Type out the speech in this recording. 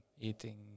eating